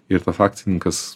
ir tas akcininkas